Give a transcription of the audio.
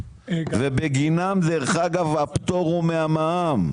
במקרה זה הפטור הוא מהמע"מ.